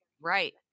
Right